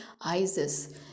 ISIS